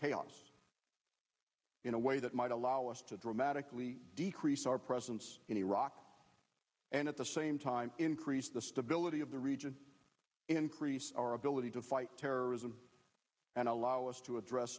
chaos in a way that might allow us to dramatically decrease our presence in iraq and at the same time increase the stability of the region increase our ability to fight terrorism and allow us to address